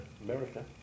America